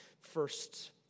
first